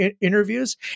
interviews